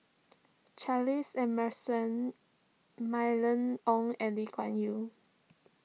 Charles Emmerson Mylene Ong and Lee Kuan Yew